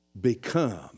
become